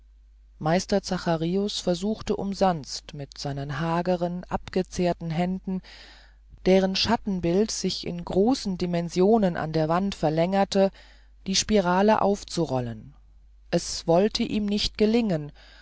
meister zacharius versuchte umsonst mit seinen hageren abgezehrten händen deren schattenbild sich in großen dimensionen an der wand verlängerte die spirale aufzurollen es wollte ihm nicht gelingen